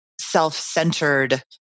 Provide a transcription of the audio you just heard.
self-centered